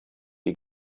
ihr